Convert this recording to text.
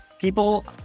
people